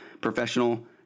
professional